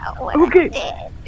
Okay